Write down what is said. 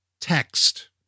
text